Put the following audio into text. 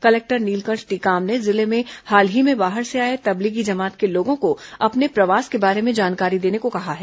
collector Neelkanth Tekam ने जिले में हाल ही में बाहर से आए तबलीगी जमात के लोगों को अपने प्रवास के बारे भें जानकारी देने को कहा है